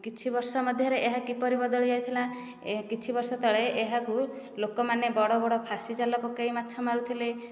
କିଛି ବର୍ଷ ମଧ୍ୟରେ ଏହା କିପରି ବଦଳି ଯାଇଥିଲା କିଛି ବର୍ଷ ତଳେ ଏହାକୁ ଲୋକମାନେ ବଡ଼ ବଡ଼ ଫାସି ଜାଲ ପକାଇ ମାଛ ମାରୁଥିଲେ